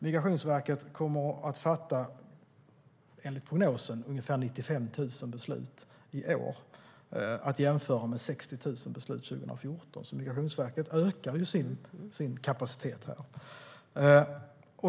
Migrationsverket kommer enligt prognosen att fatta ungefär 95 000 beslut i år, att jämföra med 60 000 beslut 2014, så Migrationsverket ökar sin kapacitet här.